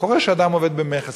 קורה שאדם עובד במכס,